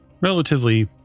Relatively